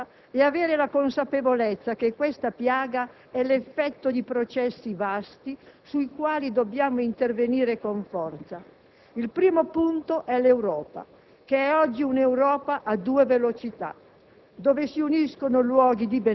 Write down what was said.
Bisogna guardarsi in faccia e avere la consapevolezza che questa piaga è l'effetto di processi vasti sui quali dobbiamo intervenire con forza. Il primo punto è l'Europa che è oggi a due velocità,